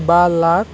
बा लाख